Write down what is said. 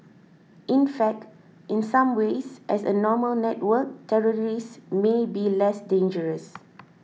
in fact in some ways as a formal network terrorists may be less dangerous